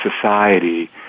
society